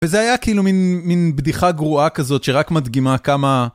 וזה היה כאילו מין בדיחה גרועה כזאת שרק מדגימה כמה...